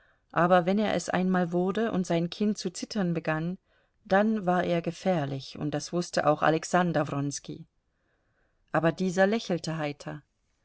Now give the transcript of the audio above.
aber wenn er es einmal wurde und sein kinn zu zittern begann dann war er gefährlich und das wußte auch alexander wronski aber dieser lächelte heiter